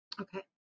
Okay